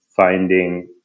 finding